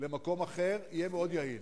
למקום אחר, זה יהיה מאוד יעיל.